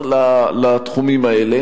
מדינה?